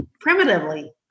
primitively